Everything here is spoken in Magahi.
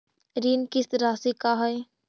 ऋण किस्त रासि का हई?